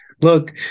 look